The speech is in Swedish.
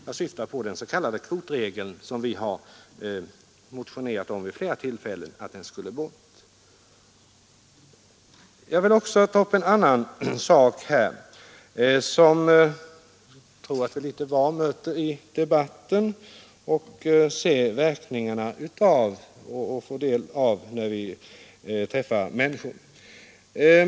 Jag syftar på den s.k. kvotregeln — vi har vid flera tillfällen motionerat om att den bör tas bort. Jag vill ta upp en annan sak som jag tror att vi litet var möter i debatten och ser verkningarna av när vi träffar människor.